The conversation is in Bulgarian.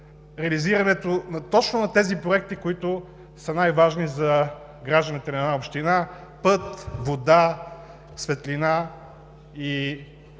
реализирането точно на тези проекти, които са най-важни за гражданите на една община – път, вода, светлина и